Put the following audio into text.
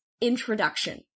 introduction